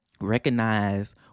recognize